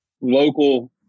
local